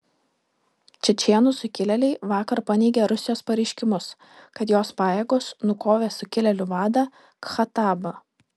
čečėnų sukilėliai vakar paneigė rusijos pareiškimus kad jos pajėgos nukovė sukilėlių vadą khattabą